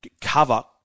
cover